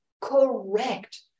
correct